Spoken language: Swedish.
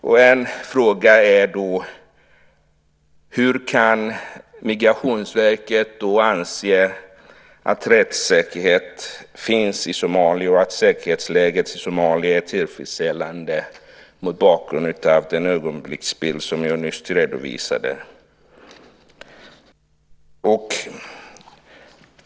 En av dessa frågor är: Hur kan Migrationsverket anse att det finns rättssäkerhet i Somalia och att säkerhetsläget i Somalia är tillfredsställande mot bakgrund av den ögonblicksbild som jag nyss redovisade?